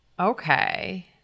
Okay